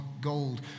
gold